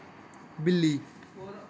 बिल्ली